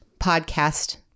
podcast